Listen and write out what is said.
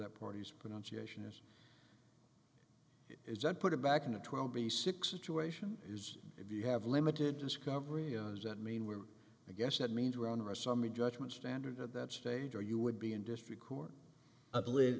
that parties pronunciation is is that put it back in a twelve b six situation is if you have limited discovery that mean we're a guess that means we're on our summary judgment standard at that stage or you would be in district court a believe